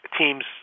Team's